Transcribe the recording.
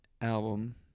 album